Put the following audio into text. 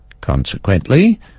Consequently